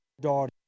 daughter